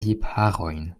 lipharojn